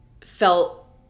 felt